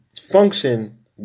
function